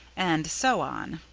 and so on.